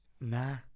nah